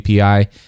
API